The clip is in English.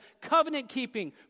covenant-keeping